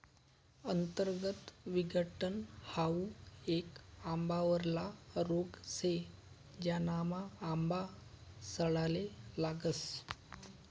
अंतर्गत विघटन हाउ येक आंबावरला रोग शे, ज्यानामा आंबा सडाले लागस